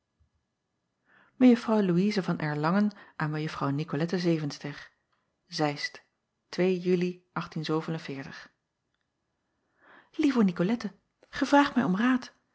ejuffrouw ouise van rlangen aan ejuffrouw icolette evenster eist uli ieve icolette ij vraagt mij om raad